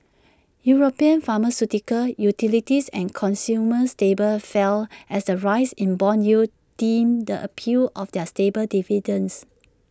european pharmaceuticals utilities and consumer staples fell as the rise in Bond yields dimmed the appeal of their stable dividends